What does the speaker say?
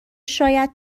شاید